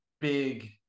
big